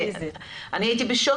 אני הייתי בשוק,